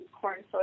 corn